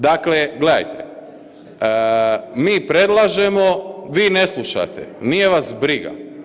Dakle, gledajte, mi predlažemo, vi ne slušate, nije vas briga.